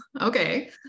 okay